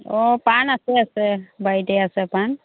অ' পাণ আছে আছে বাৰীতেই আছে পাণ